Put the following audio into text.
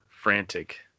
frantic